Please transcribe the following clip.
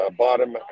bottom